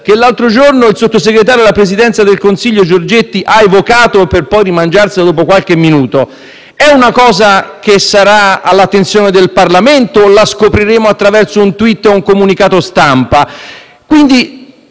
che l'altro giorno il sottosegretario alla Presidenza del Consiglio Giorgetti ha evocato, per poi rimangiarsela dopo qualche minuto, è una cosa che sarà all'attenzione del Parlamento, o se invece la scopriremo attraverso un *tweet* o un comunicato stampa.